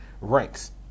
ranks